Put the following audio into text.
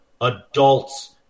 adults